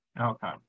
Okay